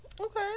Okay